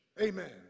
Amen